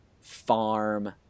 farm